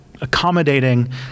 accommodating